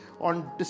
on